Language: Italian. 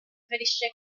ferisce